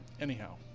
anyhow